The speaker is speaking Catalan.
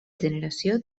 generació